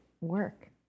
work